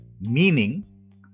meaning